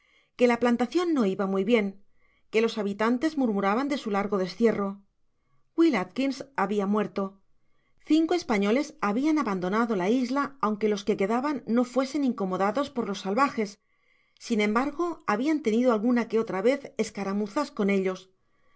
que la plantacion no iba muy bien que los habitantes murmuraban de su largo destierro wil atkins habia muerto cinco españoles habian abandonado la isla aunque los que quedaban no fuesen incomodados por los salvajes sin embargo habian tenido alguna que otra vez escaramuzas con ellos